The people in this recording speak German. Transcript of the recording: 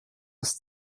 ist